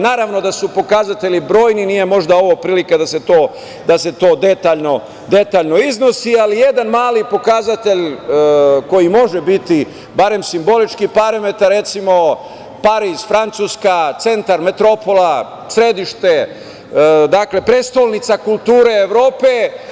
Naravno da su pokazatelji brojni, nije možda ovo prilika da se to detaljno iznosi, ali jedan mali pokazatelj koji može biti, barem simbolički parametar, recimo, Pariz – Francuska, centar, metropola, središte, prestonica kulture Evrope.